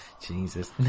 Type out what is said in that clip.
Jesus